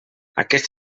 aquest